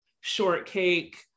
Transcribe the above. shortcake